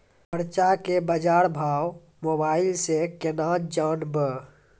मरचा के बाजार भाव मोबाइल से कैनाज जान ब?